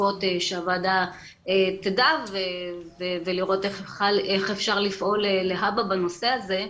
שהוועדה תדע ולראות איך אפשר לפעול להבא בנושא הזה.